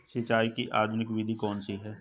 सिंचाई की आधुनिक विधि कौन सी है?